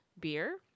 beer